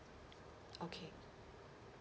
okay